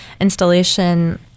installation